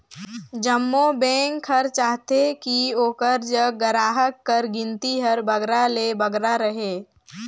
जम्मो बेंक हर चाहथे कि ओकर जग गराहक कर गिनती हर बगरा ले बगरा रहें